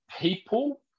people